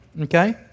okay